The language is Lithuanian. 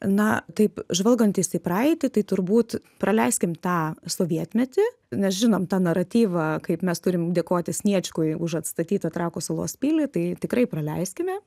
na taip žvalgantis į praeitį tai turbūt praleiskime tą sovietmetį nes žinom tą naratyvą kaip mes turim dėkoti sniečkui už atstatytą trakų salos pilį tai tikrai praleiskime